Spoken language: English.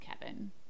Kevin